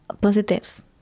positives